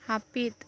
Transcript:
ᱦᱟᱹᱯᱤᱫ